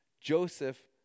Joseph